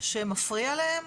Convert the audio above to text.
שמפריע להם